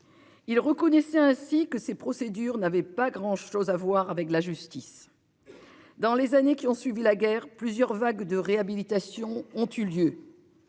Il reconnaissait ainsi que ces procédures n'avait pas grand chose à voir avec la justice. Dans les années qui ont suivi la guerre plusieurs vagues de réhabilitation ont eu lieu.